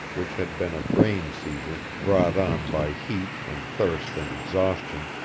which had been a brain seizure, brought on by heat and thirst and exhaustion,